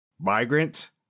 migrant